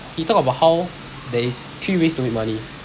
he talk about how there is three ways to make money